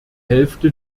hälfte